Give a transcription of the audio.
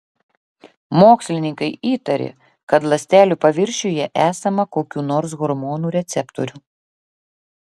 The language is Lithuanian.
mokslininkai įtarė kad ląstelių paviršiuje esama kokių nors hormonų receptorių